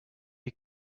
you